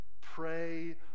pray